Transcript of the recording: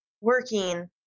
working